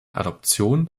adoption